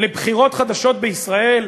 לבחירות חדשות בישראל,